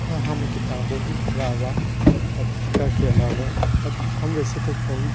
हाँ हम किताबों के अलावा पत्रिका के अलावा पत्र हम वैसे तो कई